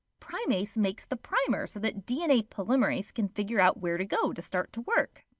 primase makes the primer so that dna polymerase can figure out where to go to start to work.